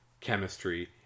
chemistry